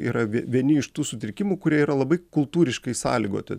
yra vieni iš tų sutrikimų kurie yra labai kultūriškai sąlygoti